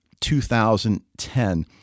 2010